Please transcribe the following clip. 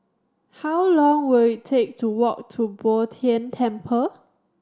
how long will it take to walk to Bo Tien Temple